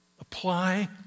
Apply